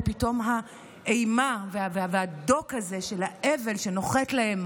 ופתאום האימה והדוק הזה של האבל נוחתים להם